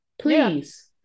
please